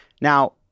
Now